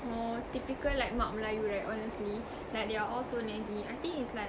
oh typical like mak melayu right honestly like they are all so naggy I think it's like